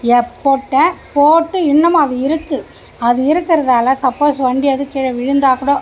போட்டேன் போட்டு இன்னமும் அது இருக்கு அது இருக்கிறதால் சப்போஸ் வண்டி எதுவும் விழுந்தால் கூட